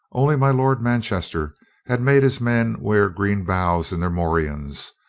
only my lord manchester had made his men wear green boughs in their morions,